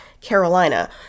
Carolina